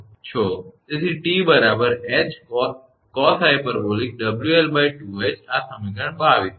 તેથી 𝑇 𝐻cosh𝑊𝐿2𝐻 આ સમીકરણ 22 છે